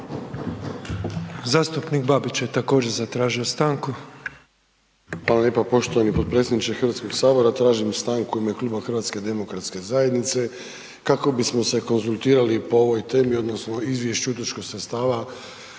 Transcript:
Zastupnik Babić je također zatražio stanku.